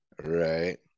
Right